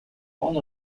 one